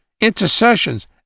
intercessions